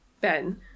Ben